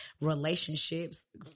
relationships